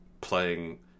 playing